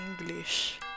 English